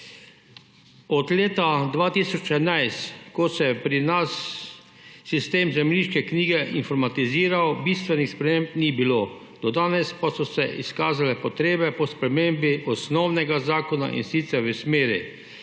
Od leta 2011, ko se je pri nas sistem zemljiške knjige informatiziral, bistvenih sprememb ni bilo. Do danes pa so se izkazale potrebe po spremembi osnovnega zakona, in sicer v smeri